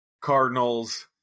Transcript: Cardinals